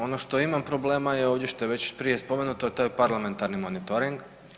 Ono što imam problema je ovdje što je već prije spomenuto, a to je parlamentarni monitoring.